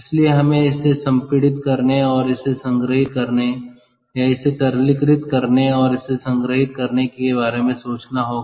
इसलिए हमें इसे संपीड़ित करने और इसे संग्रहीत करने या इसे तरलीकृत करने और इसे संग्रहीत करने के बारे में सोचना होगा